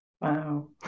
Wow